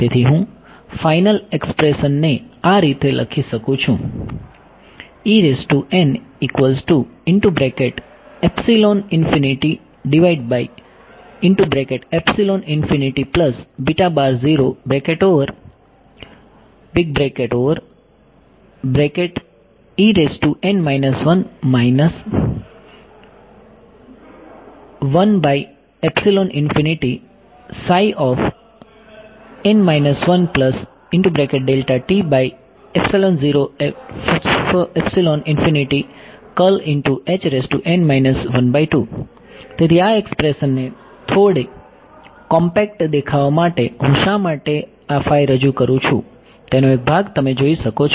તેથી હું ફાઈનલ એક્સપ્રેશનને આ રીતે લખી શકું છું તેથી આ એક્સપ્રેશનને થોડી કોમ્પેક્ટ દેખાવા માટે હું શા માટે આ રજૂ કરું છું તેનો એક ભાગ તમે જોઈ શકો છો